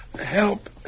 Help